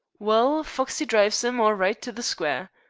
well, foxey drives im all right to the square.